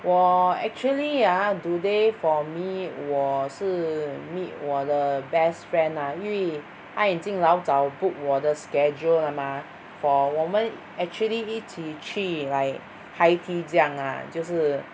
我 actually ah today for me 我是 meet 我的 best friend ah 因为她已经老早 book 我的 schedule 了嘛 for 我们 actually 一起去 like high tea 这样 lah 就是